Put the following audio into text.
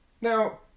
Now